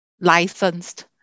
licensed